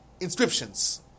inscriptions